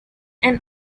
and